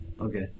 Okay